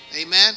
Amen